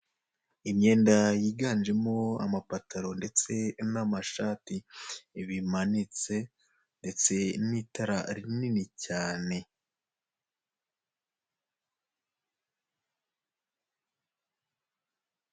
Imyenda yiganjemo amapataro ndetse n'amashati bimanitse ndetse, ndetse n'itara rinini cyane.